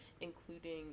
including